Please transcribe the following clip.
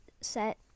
set